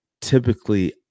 typically